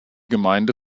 gemeinde